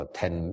ten